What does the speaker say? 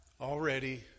Already